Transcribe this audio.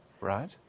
Right